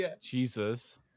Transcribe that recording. Jesus